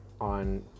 on